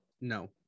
no